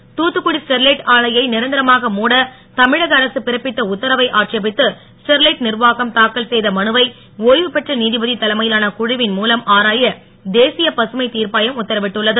Sterlite Thoothukudi Sterlite ஆலையை நிரந்தரமாக மூட தமிழக அரசு பிறப்பித்த உத்தரவை ஆட்சேபித்து ஸ்டெர்லைட் நிர்வாகம் தாக்கல் செய்த மனுவை ஓய்வுபெற்ற நீதிபதி தலைமையிலான குழவின் மூலம் ஆராய தேசிய பசுமை தீர்ப்பாயம் உத்தரவிட்டுள்ளது